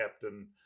captain